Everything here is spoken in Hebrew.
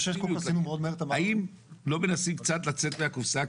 האם לא מנסים קצת לצאת מהקופסה?